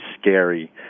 scary